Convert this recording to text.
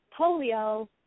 polio